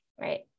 right